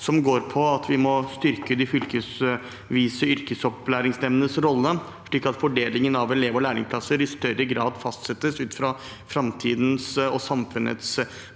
ene går på at vi må styrke de fylkesvise yrkesopplæringsnemndenes rolle, slik at fordelingen av elev- og lærlingplasser i større grad fastsettes ut fra framtidens og samfunnets